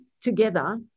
together